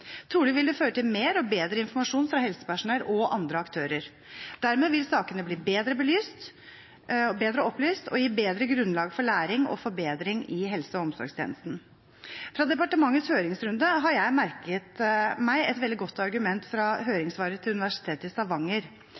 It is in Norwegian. Trolig vil det føre til mer og bedre informasjon fra helsepersonell og andre aktører. Dermed vil sakene bli bedre belyst og bedre opplyst og gi bedre grunnlag for læring og forbedring i helse- og omsorgstjenesten. Fra departementets høringsrunde har jeg merket meg et veldig godt argument fra høringssvaret til Universitetet i Stavanger,